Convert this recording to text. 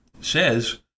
says